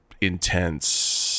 intense